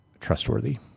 trustworthy